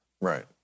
Right